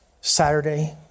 Saturday